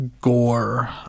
gore